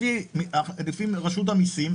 לפי רשות המסים,